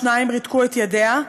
שניים ריתקו את ידיה,